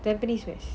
tampines west